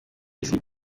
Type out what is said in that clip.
isi